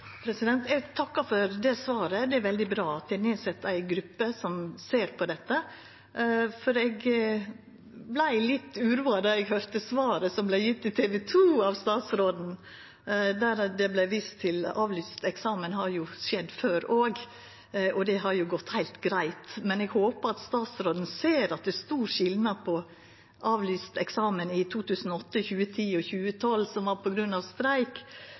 Eg takkar for svaret. Det er veldig bra at det er sett ned ei gruppe som ser på dette, for eg vart litt uroa då eg høyrde svaret som statsråden gav til TV 2, der det vart vist til at avlyst eksamen òg har skjedd før, og at det har gått heilt greitt. Men eg håpar statsråden ser at det er stor skilnad på avlyst eksamen i 2008, 2010 og 2012, som var på grunn av streik,